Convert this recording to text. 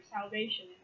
salvation